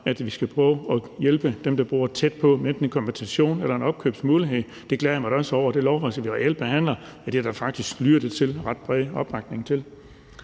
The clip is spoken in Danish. at vi skal prøve at hjælpe dem, der bor tæt på, med enten en kompensation eller en opkøbsmulighed. Jeg glæder mig da også over, at der til det lovforslag, vi reelt behandler, lyder til at være ret bred opbakning. Kl.